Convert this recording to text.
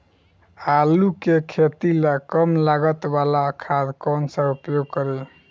आलू के खेती ला कम लागत वाला खाद कौन सा उपयोग करी?